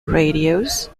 radios